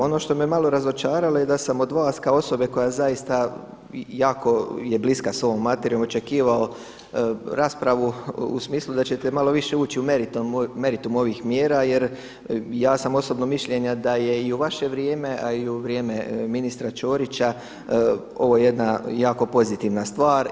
Ono što me malo razočaralo da sam od vas kao osobe koja zaista jako je bliska sa ovom materijom očekivao raspravu u smislu da ćete malo više ući u meritum ovih mjera, jer ja sam osobnog mišljenja da je i u vaše vrijeme, a i u vrijeme ministra Ćorića ovo jedna jako pozitivna stvar.